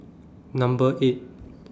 Number eight